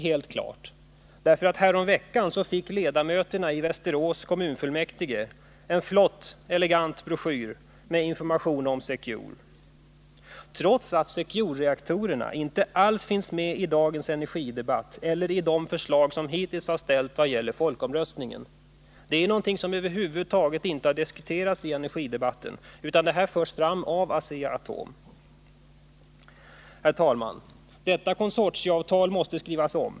Häromveckan fick ledamöterna i Västerås kommunfullmäktige en mycket elegant broschyr med information om Secure, trots att Securereaktorerna inte alls finns med i dagens energidebatt eller i de förslag som hittills har förts fram när det gäller folkomröstningen. Dessa reaktorer har över huvud taget inte diskuterats vid energidebatten, utan de förs fram av Asea-Atom. Herr talman! Detta konsortialavtal måste skrivas om.